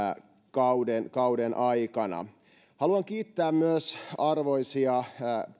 kauden kauden aikana haluan kiittää myös arvoisia